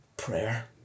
prayer